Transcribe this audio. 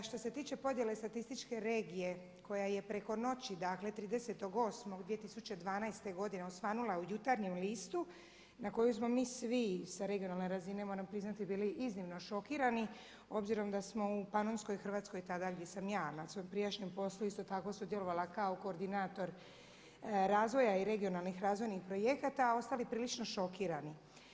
Što se tiče podjele statističke regije koja je preko noći dakle 30.8. 2012. godine osvanula u Jutarnjem listu na kojoj smo mi svi sa regionalne razine moram priznati bili iznimno šokirani obzirom da smo u Panonskoj Hrvatskoj tada gdje sam ja na svom prijašnjem poslu isto tako sudjelovala kao koordinator razvoja i regionalnih razvojnih projekata ostali prilično šokirani.